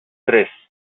tres